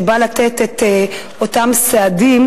ובא לתת את אותם סעדים